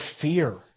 fear